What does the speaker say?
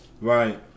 Right